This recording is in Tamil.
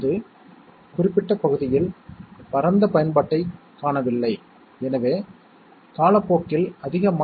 இதே வழியில் B என்பது 1 என்றால் பிறகு B பிரைம் அல்லது B' என்பது 0 ஆகும்